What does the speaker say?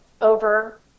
over